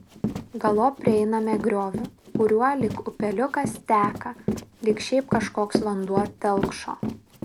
galop prieiname griovį kuriuo lyg upeliukas teka lyg šiaip kažkoks vanduo telkšo